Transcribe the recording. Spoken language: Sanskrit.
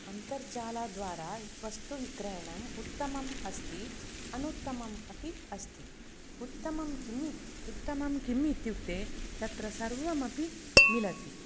अन्तर्जालद्वारा वस्तुं क्रयणम् उत्तमं अस्ति अनुत्तमम् अपि अस्ति उत्तमं कि उत्तमं किम् इत्युक्ते तत्र सर्वमपि मिलति